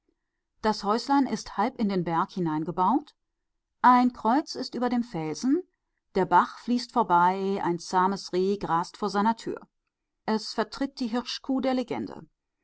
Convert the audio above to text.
das häuslein ist halb in den berg hineingebaut ein kreuz ist über dem felsen der bach fließt vorbei ein zahmes reh grast vor seiner tür es vertritt die hirschkuh der legende